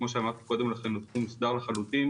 כמו שאמרתי קודם לכן הוא תחום מוסדר לחלוטין.